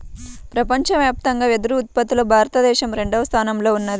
ప్రపంచవ్యాప్తంగా వెదురు ఉత్పత్తిలో భారతదేశం రెండవ స్థానంలో ఉన్నది